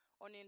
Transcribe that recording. on